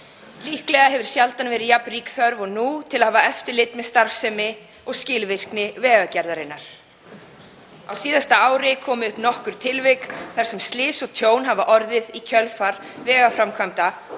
Líklega hefur sjaldan verið jafn rík þörf og nú til að hafa eftirlit með starfsemi og skilvirkni Vegagerðarinnar. Á síðasta ári komu upp nokkur tilvik þar sem slys urðu og tjón varð í kjölfar vegaframkvæmda